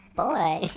boy